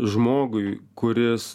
žmogui kuris